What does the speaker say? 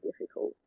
difficult